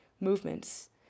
movements